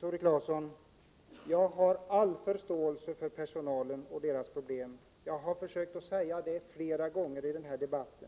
Tore Claeson att jag har all förståelse för personalen och dess problem — det har jag försökt säga flera gånger i denna debatt.